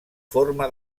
forma